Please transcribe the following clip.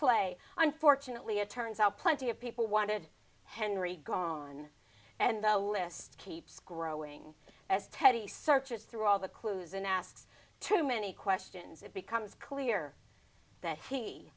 play unfortunately it turns out plenty of people wanted henry gone and the list keeps growing as teddy searches through all the clues and asks too many questions it becomes clear that he